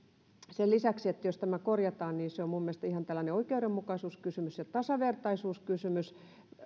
sen lisäksi että jos tämä korjataan niin se minun mielestäni on ihan tällainen oikeudenmukaisuuskysymys ja tasavertaisuuskysymys